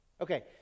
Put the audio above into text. Okay